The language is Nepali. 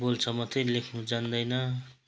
बोल्छ मात्रै लेख्नु जान्दैन